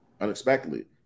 Unexpectedly